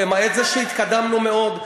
למעט זה שהתקדמנו מאוד.